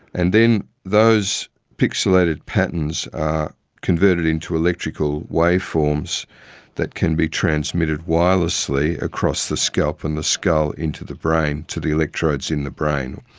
and then those pixelated patterns are converted into electrical waveforms that can be transmitted wirelessly across the scalp and the skull into the brain to the electrodes in the brain.